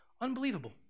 Unbelievable